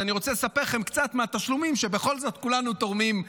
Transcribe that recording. אז אני רוצה לספר לכם קצת מהתשלומים שכולנו תורמים,